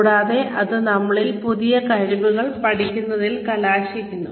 കൂടാതെ അത് നമ്മളിൽ പുതിയ കഴിവുകൾ പഠിക്കുന്നതിൽ കലാശിക്കുന്നു